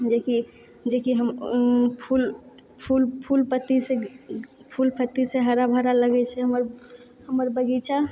जेकी जेकी हम फूल फूल फूल पत्तीसँ फूल पत्तीसँ हरा भरा लगैत छै हमर हमर बगीचा